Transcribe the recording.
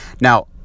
Now